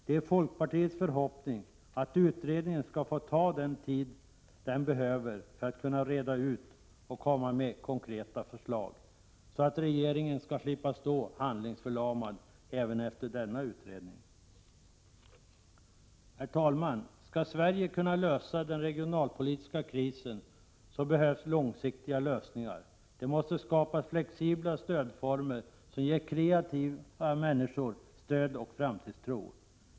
Det är folkpartiets förhoppning att utredningen skall få ta den tid den behöver för att kunna reda ut och komma med konkreta förslag, så att regeringen skall slippa stå handlingsförlamad även efter denna utredning. Herr talman! Skall Sverige kunna lösa den regionalpolitiska krisen, behövs långsiktiga lösningar. Det måste skapas flexibla stödformer som ger kreativa människor stöd och framtidstro.